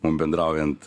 mum bendraujant